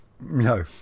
No